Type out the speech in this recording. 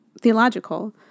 theological